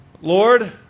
Lord